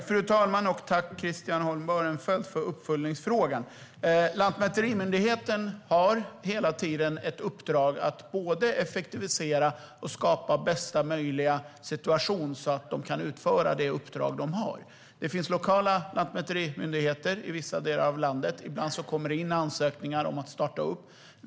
Fru talman! Tack, Christian Holm Barenfeld, för uppföljningsfrågan! Lantmäterimyndigheten har hela tiden ett uppdrag att både effektivisera och skapa bästa möjliga situation så att de kan utföra det uppdrag de har. Det finns lokala lantmäterimyndigheter i vissa delar av landet - ibland kommer det in ansökningar om att starta upp.